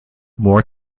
more